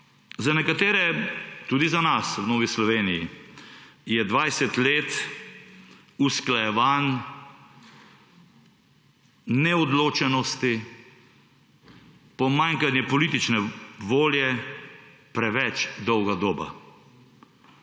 Za nekatere, tudi za nas v Novi Sloveniji, je 20 let usklajevanj, neodločenosti, pomankanja politične volje preveč dolga doba.